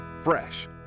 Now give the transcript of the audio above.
Fresh